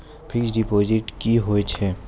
Fixed deposit की होय छै?